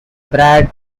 brad